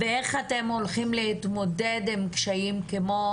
איך אתם הולכים להתמודד עם קשיים, כמו